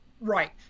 Right